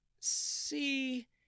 See